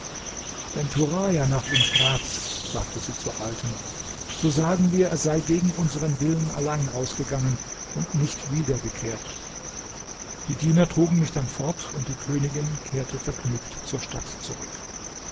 wenn turaja nach ihm fragt sagte sie zur alten so sagen wir er sei gegen unseren willen allein ausgegangen und nicht wiedergekehrt die diener trugen mich dann fort und die königin kehrte vergnügt zur stadt zurück